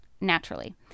naturally